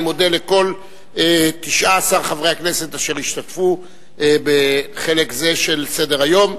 אני מודה לכל 19 חברי הכנסת אשר השתתפו בחלק זה של סדר-היום.